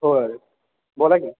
होय बोला की